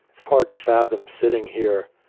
it's hard to fathom sitting here,